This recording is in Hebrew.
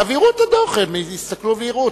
תעבירו את הדוח, הם יסתכלו ויראו.